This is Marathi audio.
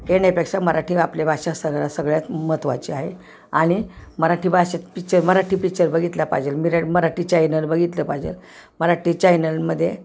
येण्यापेक्षा मराठी आपल्या भाषा सगळ्या सगळ्यात महत्त्वाची आहे आणि मराठी भाषेत पिक्चर मराठी पिक्चर बघितला पाहिजे मिरा मराठी चायनल बघितलं पाहिजे मराठी चायनल मध्ये